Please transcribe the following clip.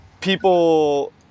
people